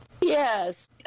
Yes